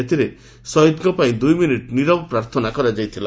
ଏଥିରେ ଶହୀଦଙ୍କ ପାଇଁ ଦୂଇମିନିଟ୍ ନିରବ ପ୍ରାର୍ଥନା କରାଯାଇଛି